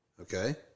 Okay